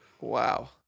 Wow